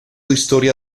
historia